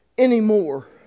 Anymore